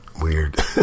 weird